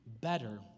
better